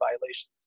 violations